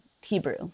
Hebrew